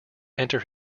enter